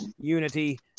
Unity